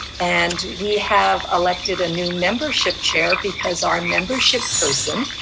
and we have elected a new membership chair because our membership person